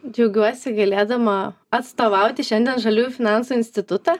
džiaugiuosi galėdama atstovauti šiandien žaliųjų finansų institutą